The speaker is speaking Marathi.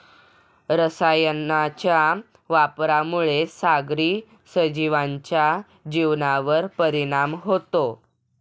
रसायनांच्या वापरामुळे सागरी सजीवांच्या जीवनावर परिणाम होतो